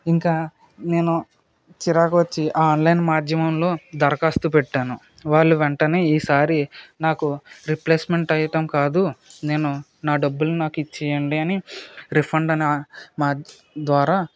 ఇంక నేను చిరాకు వచ్చి ఆ ఆన్లైన్ మాధ్యమంలో దరఖాస్తు పెట్టాను వాళ్లు వెంటనే ఈ సారి నాకు రీప్లేస్మెంట్ ఐటెమ్ కాదు నేను నా డబ్బులు నాకు ఇచ్చేయండి అని రిఫండ్ నా మా ద్వారా పెట్టాను